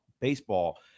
baseball